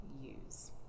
use